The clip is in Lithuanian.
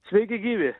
sveiki gyvi